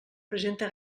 presenta